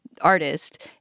artist